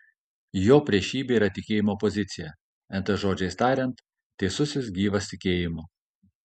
jo priešybė yra tikėjimo pozicija nt žodžiais tariant teisusis gyvas tikėjimu